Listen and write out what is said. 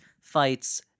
fights